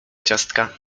ciastka